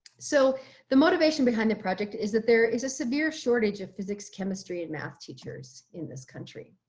so the motivation behind the project is that there is a severe shortage of physics, chemistry, and math teachers in this country.